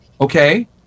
okay